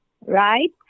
right